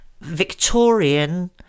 Victorian